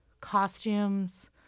costumes